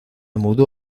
mudó